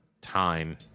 time